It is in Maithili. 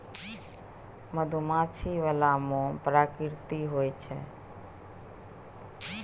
मधुमाछी बला मोम प्राकृतिक होए छै